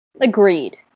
agreed